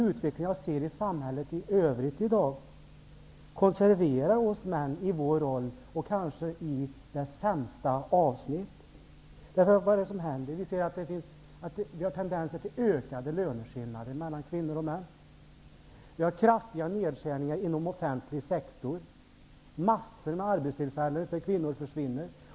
Utvecklingen i samhället i övrigt i dag konserverar oss män i vår roll, kanske i det sämsta avseendet. Vad är det då som händer? Det finns tendenser till ökade löneskillnader mellan kvinnor och män. Det görs kraftiga nedskärningar inom offentlig sektor. Massor av arbetstillfällen för kvinnor försvinner.